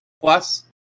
Plus